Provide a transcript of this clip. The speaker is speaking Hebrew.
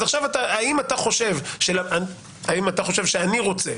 האם אתה חושב שאני רוצה,